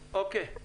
אוקיי.